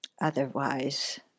Otherwise